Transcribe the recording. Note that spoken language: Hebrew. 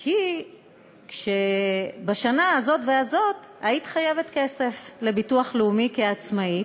כי בשנה הזאת והזאת היית חייבת כסף לביטוח לאומי כעצמאית,